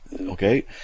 okay